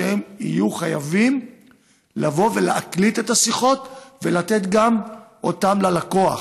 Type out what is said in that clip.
שהם יהיו חייבים להקליט את השיחות וגם לתת אותן ללקוח,